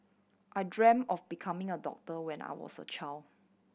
I dreamt of becoming a doctor when I was a child